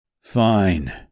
Fine